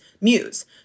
muse